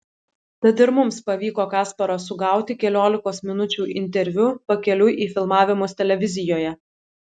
tad ir mums pavyko kasparą sugauti keliolikos minučių interviu pakeliui į filmavimus televizijoje